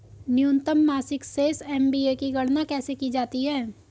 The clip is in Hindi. न्यूनतम मासिक शेष एम.ए.बी की गणना कैसे की जाती है?